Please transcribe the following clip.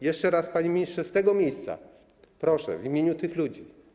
Jeszcze raz, panie ministrze, z tego miejsca proszę w imieniu tych ludzi.